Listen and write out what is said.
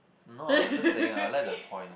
not I just saying I like the point